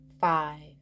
five